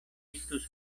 estus